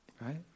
right